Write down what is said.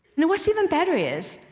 and what's even better is,